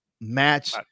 Match